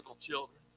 Children